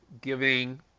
giving